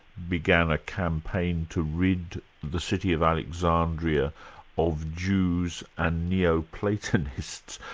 began a campaign to rid the city of alexandria of jews and neo-platonists,